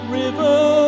river